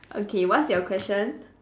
okay what's your question